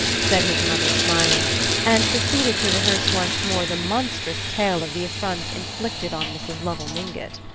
said his mother smiling and proceeded to rehearse once more the monstrous tale of the affront inflicted on mrs. lovell mingott.